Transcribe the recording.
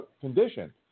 condition